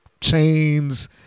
chains